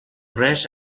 res